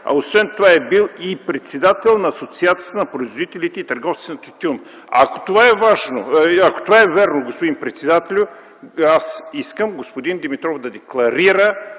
а освен това е бил и председател на Асоциацията на производителите и търговците на тютюн. Ако това е вярно, господин председател, аз искам господин Димитров да декларира,